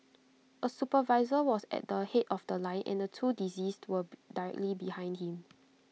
A supervisor was at the Head of The Line and the two deceased were directly behind him